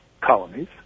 colonies